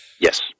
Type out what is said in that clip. Yes